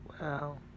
Wow